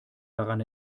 daran